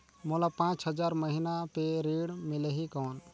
मोला पांच हजार महीना पे ऋण मिलही कौन?